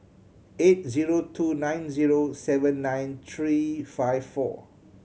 eight zero two nine zero seven nine three five four